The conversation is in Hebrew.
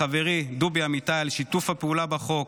לחברי דובי אמיתי על שיתוף הפעולה בחוק,